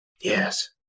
Yes